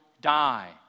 die